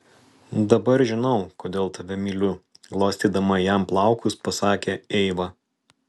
dabar žinau kodėl tave myliu glostydama jam plaukus pasakė eiva